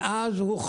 מאז,